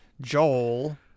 Joel